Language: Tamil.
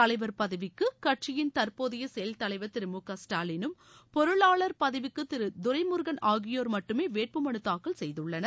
தலைவர் பதவிக்கு கட்சியின் தற்போதைய செயல் தலைவர் திரு மு க ஸ்டாலினும் பொருளாளர் பதவிக்கு திரு துரைமுருகன் ஆகியோர் மட்டுமே வேட்பு மனு தாக்கல் செய்துள்ளனர்